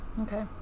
Okay